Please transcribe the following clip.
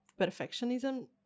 perfectionism